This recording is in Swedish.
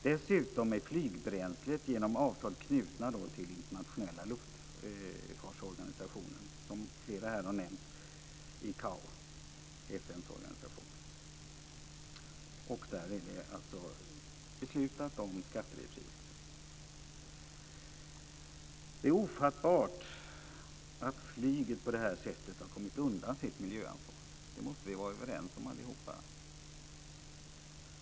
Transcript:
Dessutom är flygbränslet genom avtal knutet till internationella luftfartsorganisationen ICAO, som flera här har nämnt - FN:s organisation. Där är det beslutat om skattebefrielse. Det är ofattbart att flyget på detta sätt har kommit undan sitt miljöansvar. Det måste vi vara överens om allihopa.